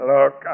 Look